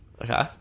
Okay